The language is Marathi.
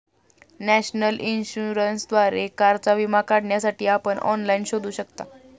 नॅशनल इन्शुरन्सद्वारे कारचा विमा काढण्यासाठी आपण ऑनलाइन शोधू शकता